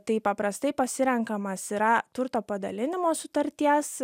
tai paprastai pasirenkamas yra turto padalinimo sutarties